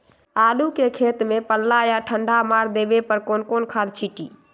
आलू के खेत में पल्ला या ठंडा मार देवे पर कौन खाद छींटी?